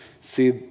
See